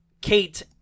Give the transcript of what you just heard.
Kate